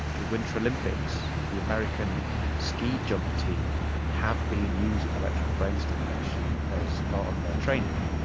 the winter olympics, the american ski jump team have been using electrical brain stimulation as part of their training.